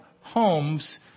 homes